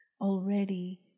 Already